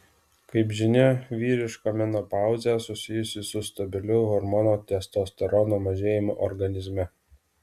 kaip žinia vyriška menopauzę susijusi su stabiliu hormono testosterono mažėjimu organizme